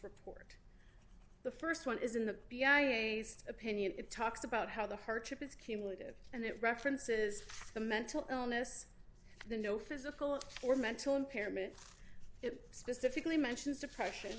for the st one is in the b i opinion it talks about how the hardship is cumulative and it references the mental illness then no physical or mental impairment it specifically mentions depression